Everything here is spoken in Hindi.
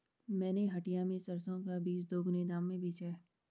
मैंने हटिया में सरसों का बीज दोगुने दाम में बेचा है